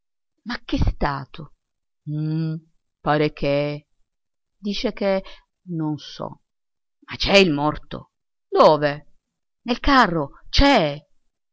ma che è stato uhm pare che dice che non so ma c'è il morto dove nel carro c'è